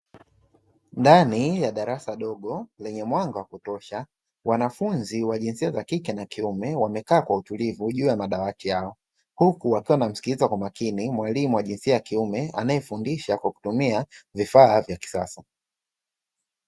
Ndani ya darasa dogo lenye mwanga kutosha. Wanafunzi wa jinsia za kike na kiume wamekaa kwa utulivu juu ya madawati yao, huku wakiwa wanamskiliza kwa makini mwalimu wa jinsia ya kiume anayefundisha kwa kutumia vifaa vya kisasa.